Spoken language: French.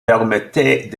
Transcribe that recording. permettaient